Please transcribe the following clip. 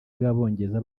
b’abongereza